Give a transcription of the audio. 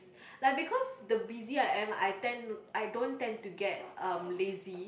like because the busy I am I tend I don't tend to get um lazy